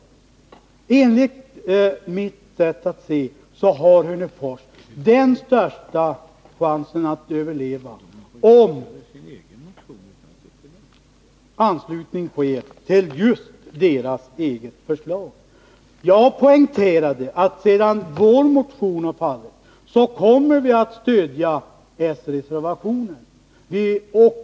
Enligt mitt sätt att se har Hörnefors den största chansen att överleva om anslutning sker till dess eget förslag. Jag poängterade att om vår motion faller, så kommer vi att stödja s-reservationen.